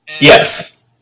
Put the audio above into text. Yes